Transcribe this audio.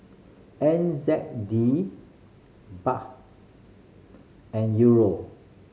N Z D Baht and Euro